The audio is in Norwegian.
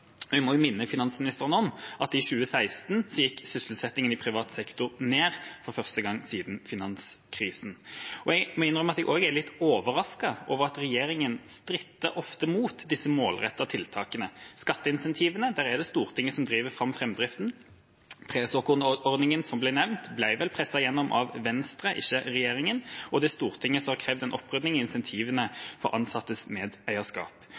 må minne finansministeren om at i 2016 gikk sysselsettingen i privat sektor ned, for første gang siden finanskrisen. Jeg må innrømme at jeg også er litt overrasket over at regjeringa ofte stritter imot disse målrettede tiltakene. Når det gjelder skatteincentivene, er det Stortinget som driver fram framdriften, presåkornordningen, som ble nevnt, ble vel presset gjennom av Venstre, ikke regjeringa, og det er Stortinget som har krevd en opprydding i incentivene for ansattes medeierskap.